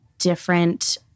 different